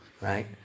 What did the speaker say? right